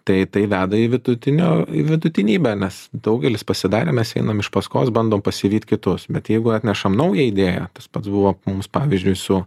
tai tai veda į vidutinio į vidutinybę nes daugelis pasidarė mes einam iš paskos bandom pasivyt kitus bet jeigu atnešam naują idėją tas pat buvo mums pavyzdžiui su